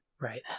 Right